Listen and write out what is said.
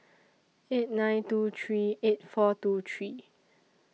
eight nine two three eight four two three